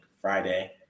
Friday